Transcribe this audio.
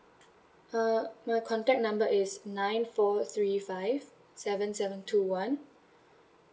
uh my contact number is nine four three five seven seven two one